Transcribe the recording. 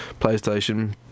PlayStation